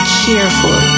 careful